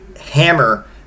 hammer